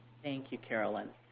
thank you, carolyn.